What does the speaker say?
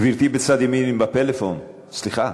גברתי בצד ימין עם הפלאפון, סליחה,